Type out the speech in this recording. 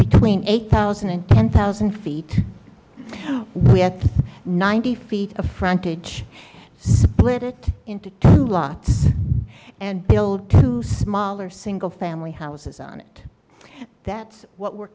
between eight thousand and ten thousand feet we have ninety feet of frontage split it into two lots and build two smaller single family houses on it that's what we're